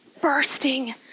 bursting